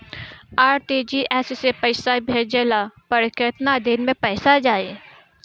RTGS से पईसा भेजला पर केतना दिन मे पईसा जाई?